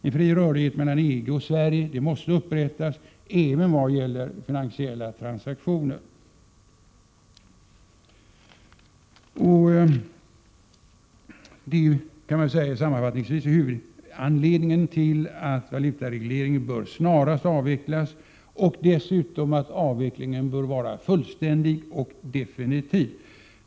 En fri rörlighet mellan EG och Sverige måste upprättas även vad gäller finansiella transaktioner. Det jag här har anfört kan sammanfattningsvis sägas vara huvudanledningen till att valutaregleringen snarast bör avvecklas. Avvecklingen bör dessutom vara fullständig och definitiv.